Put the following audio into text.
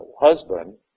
husband